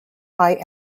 higher